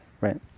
right